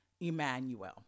Emmanuel